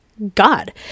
god